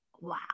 wow